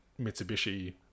Mitsubishi